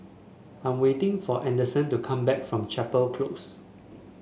I am waiting for Adyson to come back from Chapel Close